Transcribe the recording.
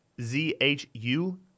Z-H-U